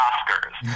Oscars